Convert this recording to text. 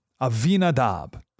Avinadab